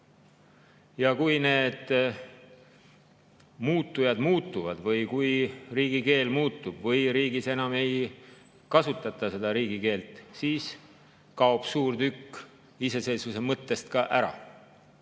Kui need muutujad muutuvad või kui riigikeel muutub või riigis enam ei kasutata seda riigikeelt, siis kaob ka suur tükk iseseisvuse mõttest ära.